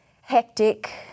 hectic